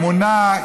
אמונה,